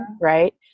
right